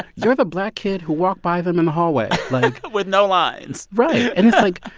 you're the black kid who walked by them in the hallway, like. with no lines right. and it's like,